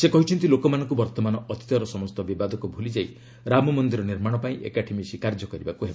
ସେ କହିଛନ୍ତି ଲୋକମାନଙ୍କୁ ବର୍ତ୍ତମାନ ଅତୀତର ସମସ୍ତ ବିବାଦକୁ ଭୁଲିଯାଇ ରାମ ମନ୍ଦିର ନିର୍ମାଣ ପାଇଁ ଏକାଠି ମିଶି କାର୍ଯ୍ୟ କରିବାକୁ ହେବ